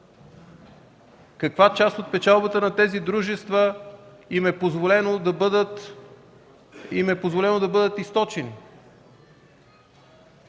Каква част от печалбата на тези дружества им е позволено да бъде източена?